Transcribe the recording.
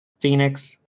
Phoenix